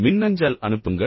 மின்னஞ்சல் அனுப்புங்கள்